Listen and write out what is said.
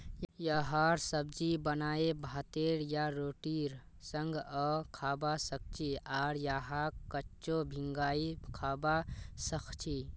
यहार सब्जी बनाए भातेर या रोटीर संगअ खाबा सखछी आर यहाक कच्चो भिंगाई खाबा सखछी